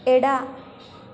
ಎಡ